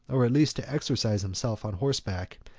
or at least to exercise himself on horseback,